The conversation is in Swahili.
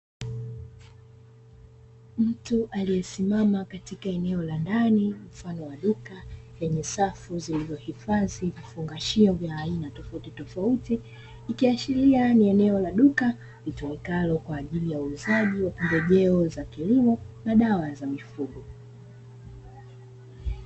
Mtu aliyesimama katika eneo la ndani mfano wa duka, zenye safu zilizohifadhi vifungashio vya aina tofautitofauti, ikiashiria ni eneo la duka litumikalo kwa ajili ya uuzaji wa pembejeo za kilimo na dawa za mifugo.